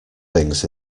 things